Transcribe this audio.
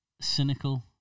cynical